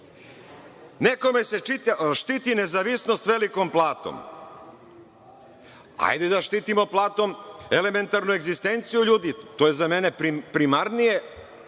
redom. Nekome se štiti nezavisnost velikom platom. Hajde da štitimo platom elementarnu egzistenciju ljudi, to je za mene primarnije